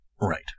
Right